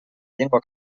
llengua